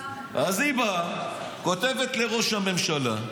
אז היא באה, כותבת לראש הממשלה,